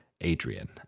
adrian